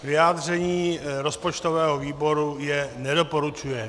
Vyjádření rozpočtového výboru je nedoporučuje.